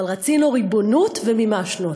אבל רצינו ריבונות ומימשנו אותה.